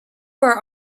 are